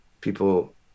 People